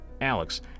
Alex